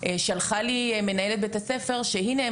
שלחה לי מנהלת בית הספר שהנה,